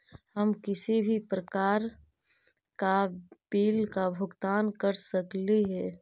हम किसी भी प्रकार का बिल का भुगतान कर सकली हे?